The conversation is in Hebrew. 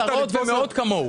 מאות כמוהו.